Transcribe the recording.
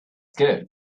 good